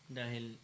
dahil